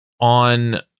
on